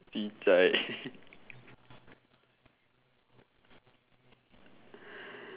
C size